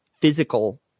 physical